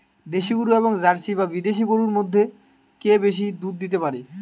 দেশী গরু এবং জার্সি বা বিদেশি গরু মধ্যে কে বেশি দুধ দিতে পারে?